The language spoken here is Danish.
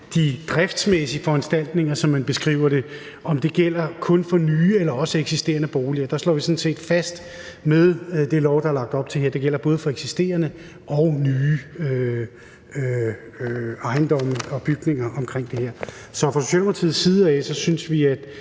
de driftsmæssige foranstaltninger, som man beskriver det, giver svar på, om det kun gælder for nye eller også for eksisterende boliger. Der slår vi sådan set med det lovforslag her fast, at det gælder både for eksisterende og for nye ejendomme og bygninger. Så fra Socialdemokratiets side af synes vi, det